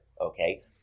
Okay